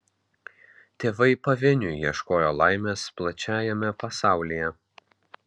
tėvai pavieniui ieškojo laimės plačiajame pasaulyje